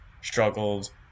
struggled